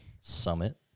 Summit